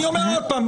אני אומר עוד פעם,